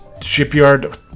Shipyard